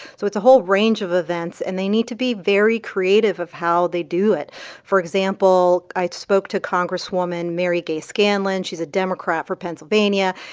so it's a whole range of events, and they need to be very creative of how they do it for example, i spoke to congresswoman mary gay scanlon. she's she's a democrat for pennsylvania.